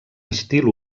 estil